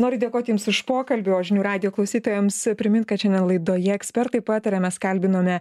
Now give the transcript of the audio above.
noriu dėkot jums už pokalbių o žinių radijo klausytojams primint kad šiandien laidoje ekspertai pataria mes kalbinome